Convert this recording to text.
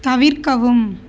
தவிர்க்கவும்